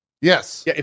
Yes